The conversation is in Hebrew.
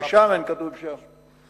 "בשַמֶן", כתוב שם.